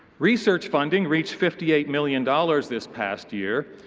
research funding reached fifty eight million dollars this past year.